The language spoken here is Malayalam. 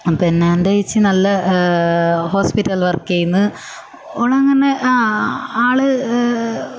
പിന്നെ എൻ്റെ ഏച്ചി നല്ല ഹോസ്പിറ്റൽ വർക്ക് ചെയ്യുന്നു ഓൾ അങ്ങനെ ആ ആൾ